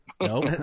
Nope